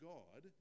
God